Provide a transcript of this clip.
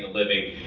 living,